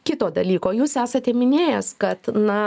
kito dalyko jūs esate minėjęs kad na